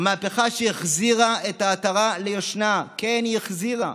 המהפכה שהחזירה את העטרה ליושנה, כן, היא החזירה,